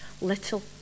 little